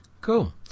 Cool